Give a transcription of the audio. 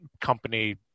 company